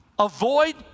Avoid